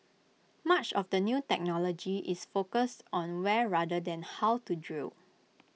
much of the new technology is focused on where rather than how to drill